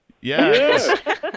Yes